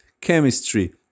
chemistry